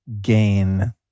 gain